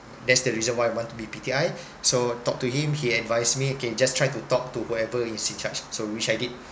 that's the reason why I want to be P_T_I so talked to him he advised me okay just try to talk to whoever is in charge so which I did